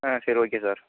ஆ சரி okay sir